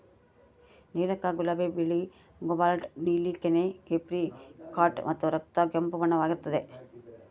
ನೀಲಕ ಗುಲಾಬಿ ಬಿಳಿ ಕೋಬಾಲ್ಟ್ ನೀಲಿ ಕೆನೆ ಏಪ್ರಿಕಾಟ್ ಮತ್ತು ರಕ್ತ ಕೆಂಪು ಬಣ್ಣವಾಗಿರುತ್ತದೆ